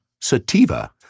sativa